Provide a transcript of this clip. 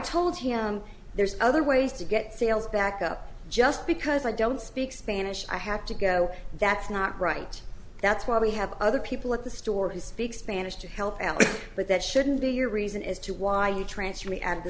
told him there's other ways to get sales back up just because i don't speak spanish i have to go that's not right that's why we have other people at the store who speak spanish to help out but that shouldn't be your reason as to why you transfer me